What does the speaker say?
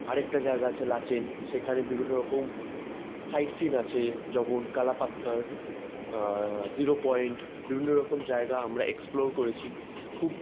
আরেকটা জায়গা আছে লাচেন সেইখানে বিভিন্ন রকম সাইট সিইং আছে যেমন কালা পাত্থার জিরো পয়েন্ট বিভিন্ন রকম জায়গা আমরা এক্সপ্লোর করেছি খুব